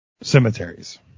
Cemeteries